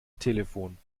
telefon